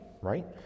right